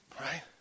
right